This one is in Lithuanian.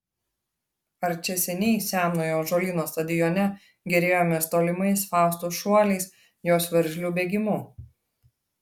ar čia seniai senojo ąžuolyno stadione gėrėjomės tolimais faustos šuoliais jos veržliu bėgimu